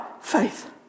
faith